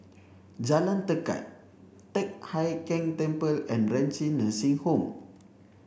Jalan Tekad Teck Hai Keng Temple and Renci Nursing Home